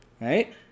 Right